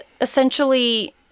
essentially